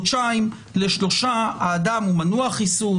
לחודשיים-שלושה והאדם מנוע חיסון,